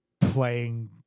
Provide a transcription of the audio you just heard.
playing